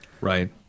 right